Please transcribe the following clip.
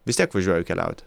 vis tiek važiuoji keliauti